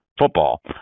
football